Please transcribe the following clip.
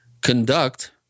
conduct